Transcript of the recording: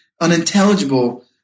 unintelligible